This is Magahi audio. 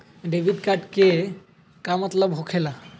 डेबिट कार्ड के का मतलब होकेला?